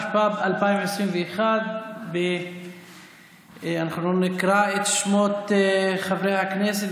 התשפ"ב 2021. נקרא את שמות חברי הכנסת.